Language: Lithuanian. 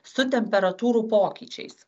su temperatūrų pokyčiais